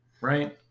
right